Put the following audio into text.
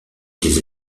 des